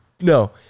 no